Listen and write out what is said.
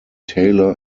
taylor